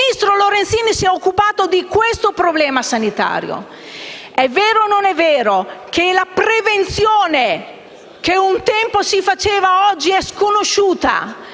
il ministro Lorenzin si è occupata proprio di questo problema. È vero o non è vero che la prevenzione che un tempo si faceva oggi è sconosciuta?